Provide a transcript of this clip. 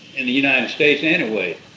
united states anyway.